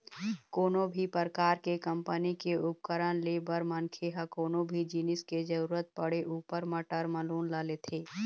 कोनो भी परकार के कंपनी के उपकरन ले बर मनखे ह कोनो भी जिनिस के जरुरत पड़े ऊपर म टर्म लोन ल लेथे